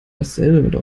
dasselbe